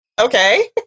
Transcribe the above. Okay